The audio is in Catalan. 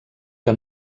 que